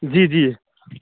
जी जी